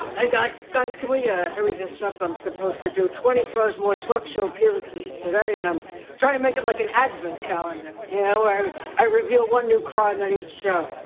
ah guys, guys, can we ah hurry this up. i'm supposed to do twenty five more talk show appearances today and i'm trying to make it like an advent calendar, you know, where i reveal one new crime on each show,